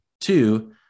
Two